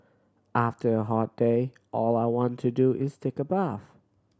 after a hot day all I want to do is take a bath